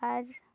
ᱟᱨ